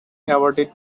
awarded